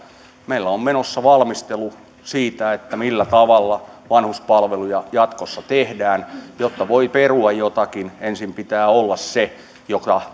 meillä on menossa valmistelu siitä millä tavalla vanhuspalveluja jatkossa tehdään jotta voi perua jotakin ensin pitää olla se joka